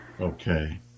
Okay